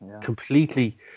completely